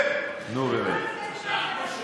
זה בדיוק הרעיון.